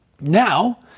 Now